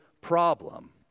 problem